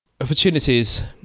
Opportunities